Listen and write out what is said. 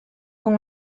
con